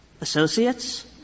associates